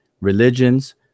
religions